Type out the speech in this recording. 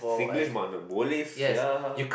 Singlish mother boleh sia